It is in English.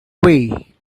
way